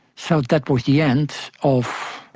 so that was the end of,